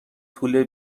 طول